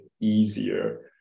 easier